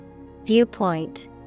Viewpoint